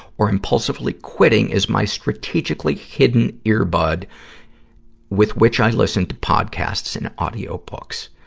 or impulsively quitting, is my strategically hidden earbud with which i listen to podcasts and audiobooks.